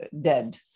dead